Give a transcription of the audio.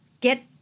get